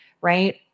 right